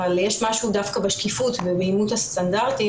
אבל יש משהו דווקא בשקיפות ובאימוץ הסטנדרטים